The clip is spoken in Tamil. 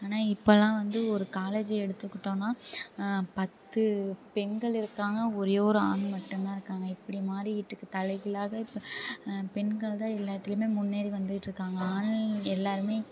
ஆனால் இப்பெல்லாம் வந்து ஒரு காலேஜை எடுத்துக்கிட்டோன்னால் பத்து பெண்கள் இருக்காங்க ஒரே ஒரு ஆண் மட்டும்தான் இருக்காங்க இப்படி மாறிக்கிட்டு இருக்குது தலைகீழாக இப்போ பெண்கள் தான் எல்லாத்துலையுமே முன்னேறி வந்துகிட்ருக்காங்க ஆண் எல்லாேருமே